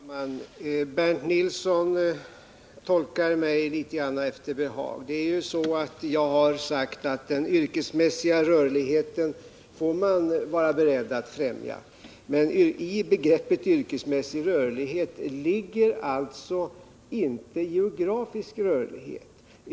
Herr talman! Bernt Nilsson tolkar mina uttalanden litet efter behag. Jag har sagt att den yrkesmässiga rörligheten får man vara beredd att främja. Men i begreppet yrkesmässig rörlighet ligger inte geografisk rörlighet.